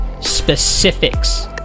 specifics